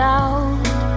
out